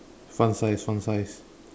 fun size fun size